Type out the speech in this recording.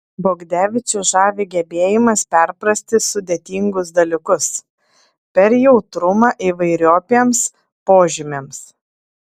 bogdevičių žavi gebėjimas perprasti sudėtingus dalykus per jautrumą įvairiopiems požymiams